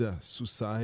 Suicide